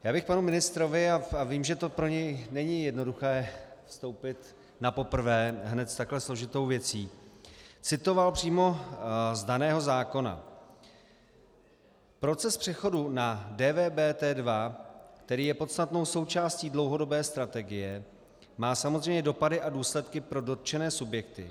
Já bych panu ministrovi, a vím, že pro něj není jednoduché vstoupit napoprvé hned s takhle složitou věcí, citoval přímo z daného zákona: Proces přechodu na DVBT2, který je podstatnou součástí dlouhodobé strategie, má samozřejmě dopady a důsledky pro dotčené subjekty.